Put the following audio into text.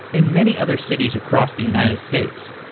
and many other cities across the united states.